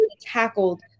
tackled